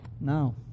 Now